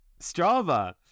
Strava